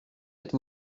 êtes